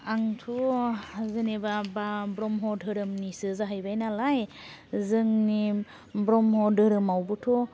आंथ' जेनेबा बा ब्रह्म धोरोमनिसो जाहैबाय नालाय जोंनि ब्रह्म धोरोमावबोथ'